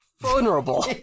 vulnerable